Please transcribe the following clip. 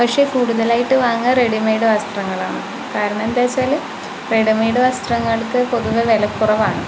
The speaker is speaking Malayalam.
പക്ഷെ കൂടുതലായിട്ട് വാങ്ങാ റെഡി മേഡ് വസ്ത്രങ്ങളാണ് കാരണം എന്താണെന്നു വെച്ചാൽ റെഡി മേഡ് വസ്ത്രങ്ങൾക്ക് പൊതുവെ വില കുറവാണ്